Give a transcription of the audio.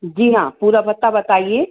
जी हाँ पूरा पता बताइए